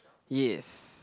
yes